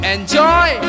Enjoy